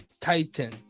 titan